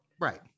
Right